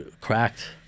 cracked